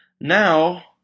Now